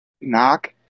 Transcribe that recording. knock